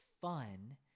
fun